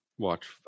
Watch